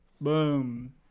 Boom